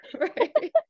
right